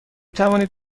توانید